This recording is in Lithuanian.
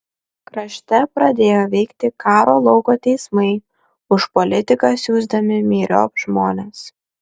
krašte pradėjo veikti karo lauko teismai už politiką siųsdami myriop žmones